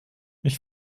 ich